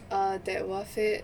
err that worth it